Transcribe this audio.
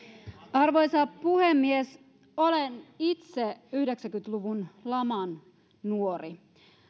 arvoisa puhemies olen itse yhdeksänkymmentä luvun laman nuori